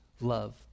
love